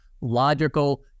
logical